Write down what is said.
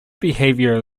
behavior